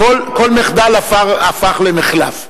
כל מחדל הפך למחלף.